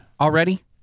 already